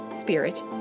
spirit